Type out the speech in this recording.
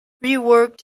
reworked